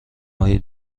هایی